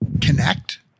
connect